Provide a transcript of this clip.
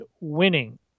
winning